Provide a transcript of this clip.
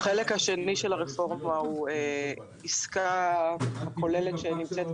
החלק השני של הרפורמה הוא עסקה כוללת שנמצאת,